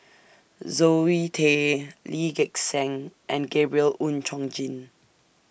Zoe Tay Lee Gek Seng and Gabriel Oon Chong Jin